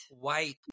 white